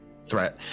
threat